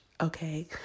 okay